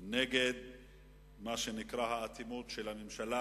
נגד האטימות של הממשלה,